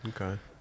Okay